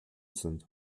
sind